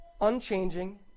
unchanging